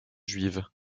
juive